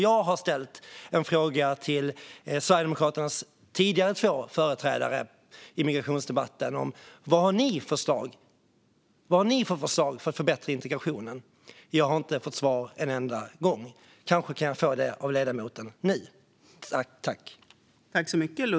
Jag har till Sverigedemokraternas tidigare två företrädare i migrationsdebatten ställt frågan: Vad har ni för förslag för att förbättra integrationen? Jag har inte fått svar en enda gång. Kanske kan jag få det av ledamoten nu.